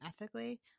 ethically